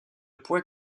point